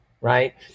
right